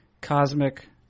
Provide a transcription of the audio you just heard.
cosmic